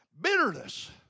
Bitterness